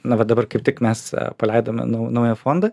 na va dabar kaip tik mes paleidome nu naują fondą